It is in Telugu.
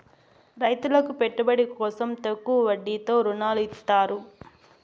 రైతులకు పెట్టుబడి కోసం తక్కువ వడ్డీతో ఋణాలు ఇత్తారు